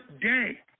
day